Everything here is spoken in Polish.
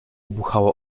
buchało